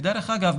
דרך אגב,